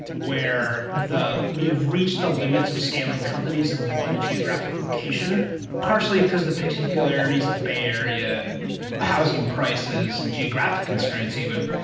where we've reached the limits of scaling companies in one geographic location partially because the particularity is the bay area, and housing prices, and geographic constraints even,